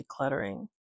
decluttering